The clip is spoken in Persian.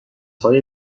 های